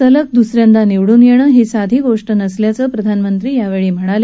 सलग दुस यांदा निवडून येणं ही साधी गोष्ट नसल्याचं प्रधानमंत्री यावेळी म्हणाले